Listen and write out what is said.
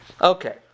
Okay